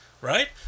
right